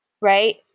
right